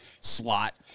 Slot